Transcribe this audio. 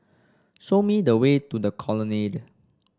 show me the way to The Colonnade